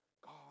God